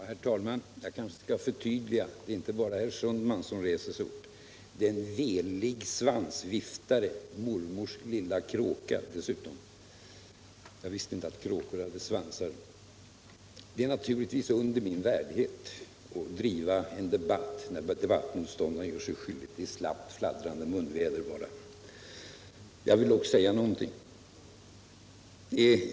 Herr talman! Jag kanske bör göra ett förtydligande. Det är inte bara herr Sundman som reser sig upp utan också en velig svansviftare, mormors lilla kråka dessutom. Jag visste inte att kråkor hade svansar. Det är naturligtvis under min värdighet att föra en debatt när debattmotståndaren har ett så slappt fladdrande munväder. Jag vill dock säga någonting.